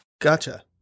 Gotcha